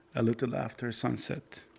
a little after sunset.